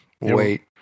Wait